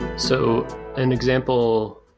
so an example,